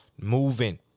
moving